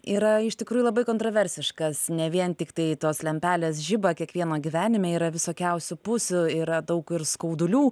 yra iš tikrųjų labai kontroversiškas ne vien tiktai tos lempelės žiba kiekvieno gyvenime yra visokiausių pusių yra daug ir skaudulių